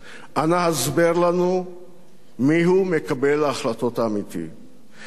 אנא הסבר לנו מיהו מקבל ההחלטות אמיתי והאם